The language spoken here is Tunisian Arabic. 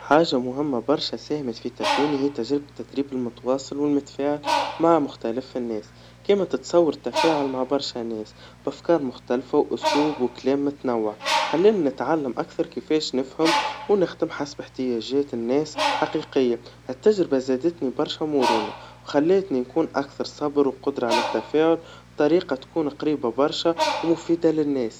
حاجا مهما برشا ساهمت في تكويني هي تجربة التدريب المتواصل والمتفاعل, مع مختلف الناس, كيما تتصور تفاعل مع برشا ناس, بافكار مختلفا وأسلوب وكلام متنوع, خلاني نتعلم أكثر كيفاش نفهم ونخدم حسب احتياججات الناس حقيقيا, هالتجربا زادتني برشا مرونا, وخلتني نكون أكثر صبر وقدرا على التفاعل, بطريقا تكون قريبا برشا, ومفيدا للناس.